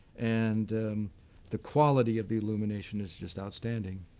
and the quality of the illumination is just outstanding.